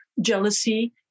jealousy